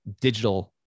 digital